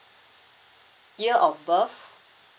year of birth